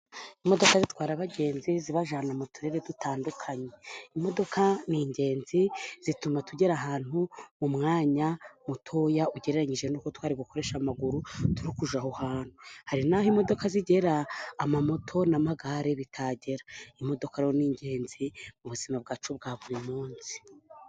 Imodoka zitwara abagenzi zibajyana mu turere dutandukanye. Imodoka ni ingenzi zituma tugera ahantu mu mwanya mutoya, ugereranyije n'uko twari gukoresha amaguru tukajya aho hantu. Hari n'aho imodoka zigera moto n'amagare bitagera. Imodoka rero ni ingenzi mu buzima bwacu bwa buri munsi.